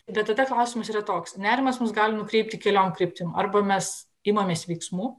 bet tada klausimas yra toks nerimas mus gali nukreipti keliom kryptim arba mes imamės veiksmų